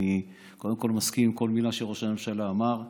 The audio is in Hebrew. אני קודם כול מסכים לכל מילה שראש הממשלה אמר לגביך.